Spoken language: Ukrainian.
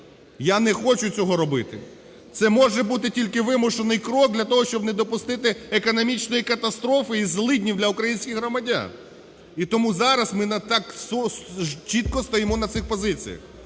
я не хочу цього робити. Це може бути тільки вимушений крок, для того щоб не допустити економічної катастрофи і злиднів для українських громадян. І тому зараз ми так чітко стоїмо на цих позиціях.